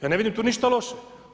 Ja ne vidim tu ništa loše.